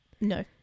No